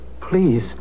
Please